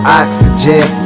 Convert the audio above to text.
oxygen